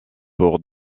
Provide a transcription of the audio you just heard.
pour